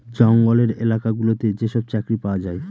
জঙ্গলের এলাকা গুলোতে যেসব চাকরি পাওয়া যায়